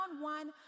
one-on-one